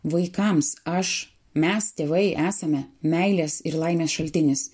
vaikams aš mes tėvai esame meilės ir laimės šaltinis